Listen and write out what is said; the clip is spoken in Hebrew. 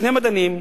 שני מדענים,